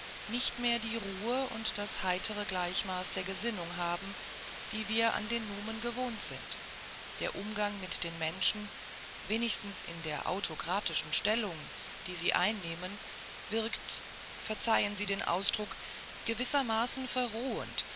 nicht mehr die ruhe und das heitere gleichmaß der gesinnung haben die wir an den numen gewohnt sind der umgang mit den menschen wenigstens in der autokratischen stellung die sie einnehmen wirkt verzeihen sie den ausdruck gewissermaßen verrohend